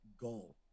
goal